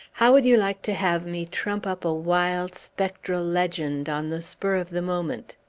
how would you like to have me trump up a wild, spectral legend, on the spur of the moment?